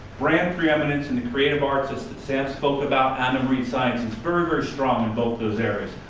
brand preeminence in the creative arts, as sam spoke about, and marine science is very, very strong in both those areas.